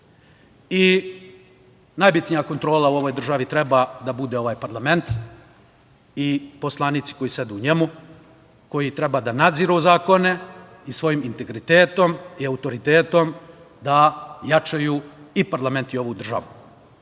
i najbitnija kontrola u ovoj državi treba da bude ovaj parlament, i poslanici koji sede u njemu koji treba da nadziru zakone i svojim integritetom i autoritetom da jačaju i parlament i ovu